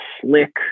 slick